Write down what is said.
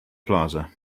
plaza